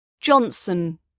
Johnson